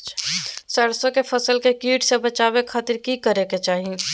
सरसों की फसल के कीट से बचावे खातिर की करे के चाही?